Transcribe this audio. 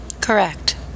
Correct